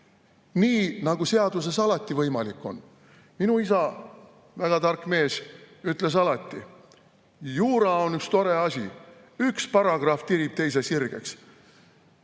nii, nagu seaduses alati võimalik on! Minu isa, väga tark mees, ütles alati: "Juura on üks tore asi, üks paragrahv tirib teise sirgeks."